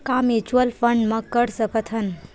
का mutual fund म कर सकत हन?